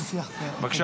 זה מסיח --- בבקשה,